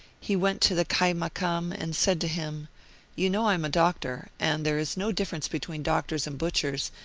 he went to the kaimakam and said to him you know i am a doctor, and there is no difference between doctors and butchers,